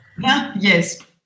Yes